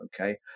okay